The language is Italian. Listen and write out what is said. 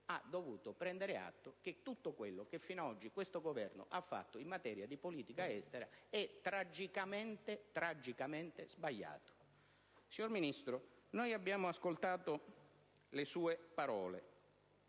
ha dovuto prendere atto che tutto quello che fino ad oggi questo Governo ha fatto in materia di politica estera è tragicamente sbagliato. Signor Ministro, abbiamo ascoltato le sue parole